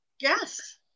yes